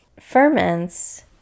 ferments